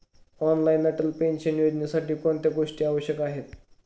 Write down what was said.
Online Atal pension योजनेसाठी कोणत्या गोष्टी आवश्यक आहेत?